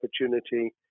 opportunity